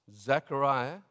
Zechariah